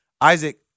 Isaac